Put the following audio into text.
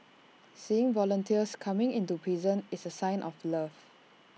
seeing volunteers coming into prison is A sign of love